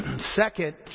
Second